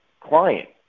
client